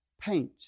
Paint